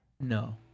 No